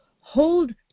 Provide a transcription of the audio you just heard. hold